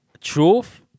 truth